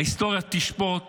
ההיסטוריה תשפוט